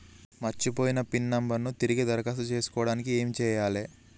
మర్చిపోయిన pin number ను తిరిగి దరఖాస్తు చేసుకోవడానికి ఏమి చేయాలే?